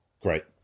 great